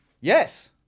Yes